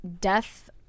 death